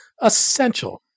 essential